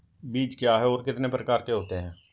बीज क्या है और कितने प्रकार के होते हैं?